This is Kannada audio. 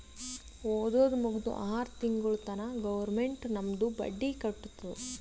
ಓದದ್ ಮುಗ್ದು ಆರ್ ತಿಂಗುಳ ತನಾ ಗೌರ್ಮೆಂಟ್ ನಮ್ದು ಬಡ್ಡಿ ಕಟ್ಟತ್ತುದ್